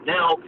Now